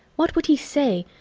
what would he say?